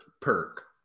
perk